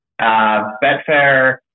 Betfair